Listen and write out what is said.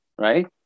right